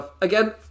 again